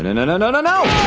and and nonononono!